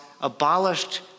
abolished